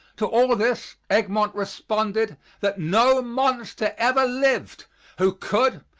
to all this egmont responded that no monster ever lived who could,